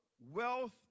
wealth